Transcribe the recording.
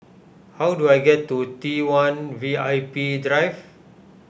how do I get to T one V I P Drive